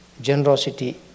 Generosity